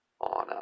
on